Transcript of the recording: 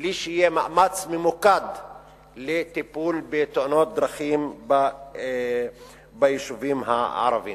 בלי שיהיה מאמץ ממוקד לטיפול בתאונות דרכים ביישובים הערביים.